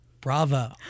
bravo